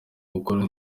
bukora